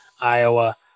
Iowa